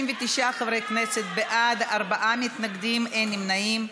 69 חברי כנסת בעד, ארבעה מתנגדים, אין נמנעים.